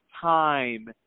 time